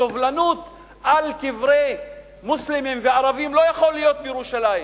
סובלנות על קברי מוסלמים וערבים לא יכולה להיות בירושלים.